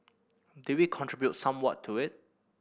did we contribute somewhat to it